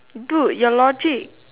dude your logic